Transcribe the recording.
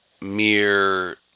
mere